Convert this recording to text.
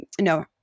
no